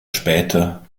später